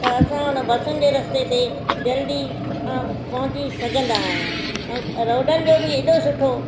त असां उन बसुन जे रस्ते ते जल्दी पघुची सघंदा आहियूं ऐं रोडन जो बि हेॾो सुठो